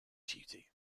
duty